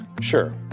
Sure